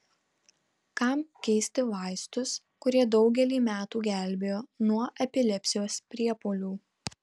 kam keisti vaistus kurie daugelį metų gelbėjo nuo epilepsijos priepuolių